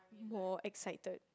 more excited